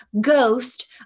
ghost